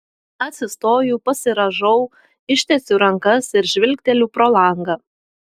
atsistoju pasirąžau ištiesiu rankas ir žvilgteliu pro langą